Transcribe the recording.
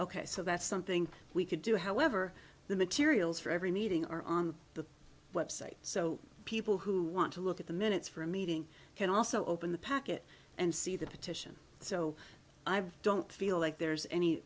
ok so that's something we could do however the materials for every meeting are on the website so people who want to look at the minutes for a meeting can also open the packet and see the petition so i don't feel like there's any